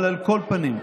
על כל פנים,